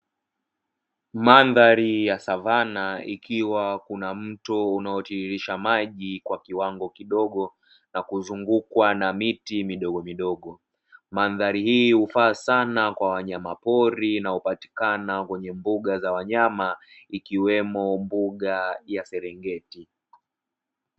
Mandhari ya savana ikiwa kuna mto unaotiririsha maji kwa kiwango kidogo, na kuzungukwa na miti midogomidogo. Mandhari hii hufaa sana kwa wanyama pori, inayopatikana kwenye mbuga za wanyama, ikiwemo mbuga ya serengeti.